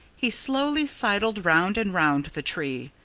he slowly sidled round and round the tree,